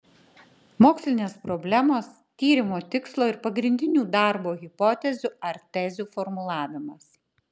mokslinės problemos tyrimo tikslo ir pagrindinių darbo hipotezių ar tezių formulavimas